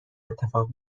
اتفاق